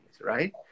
right